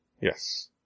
Yes